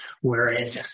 wherein